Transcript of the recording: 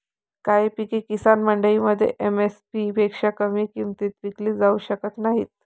काही पिके किसान मंडईमध्ये एम.एस.पी पेक्षा कमी किमतीत विकली जाऊ शकत नाहीत